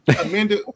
Amanda